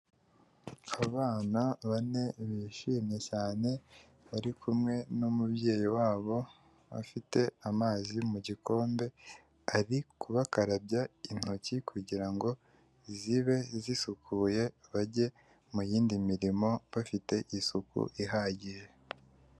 Abana bane bishimye cyane bari kumwe n'umubyeyi wabo, bafite amazi mu gikombe ari kubakarabya intoki kugira ngo zibe zisukuye bajye mu yindi mirimo bafite isuku ihagije.